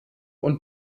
und